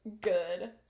good